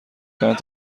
چند